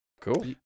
Cool